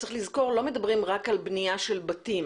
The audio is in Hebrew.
צריך לזכור שאנחנו מדברים כאן לא רק על בנייה של בתים.